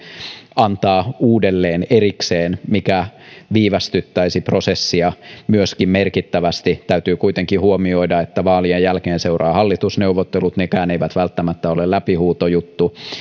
antaa uudelleen erikseen mikä viivästyttäisi prosessia myöskin merkittävästi täytyy kuitenkin huomioida että vaalien jälkeen seuraavat hallitusneuvottelut eivät nekään ole välttämättä läpihuutojuttu